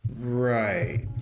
right